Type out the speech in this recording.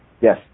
yes